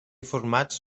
formats